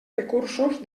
recursos